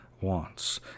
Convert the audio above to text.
wants